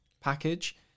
package